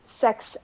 sex